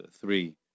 three